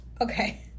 Okay